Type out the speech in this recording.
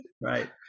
Right